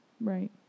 Right